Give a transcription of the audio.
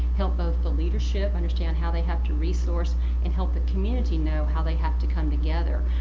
help both the leadership understand how they have to resource and help the community know how they have to come together.